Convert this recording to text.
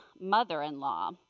mother-in-law